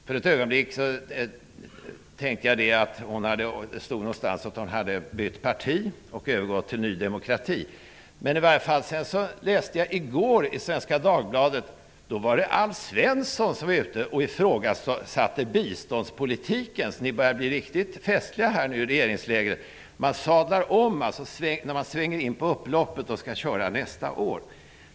För ett ögonblick tänkte jag att det måste stå någonstans att hon har bytt parti och gått över till I går läste jag i Svenska Dagbladet att Alf Svensson ifrågasatte biståndspolitiken. Ni börjar bli riktigt festliga i regeringslägret. Man sadlar om när man svänger in på upploppet och skall köra nästa år.